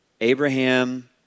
Abraham